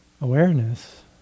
awareness